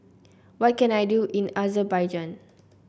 what can I do in Azerbaijan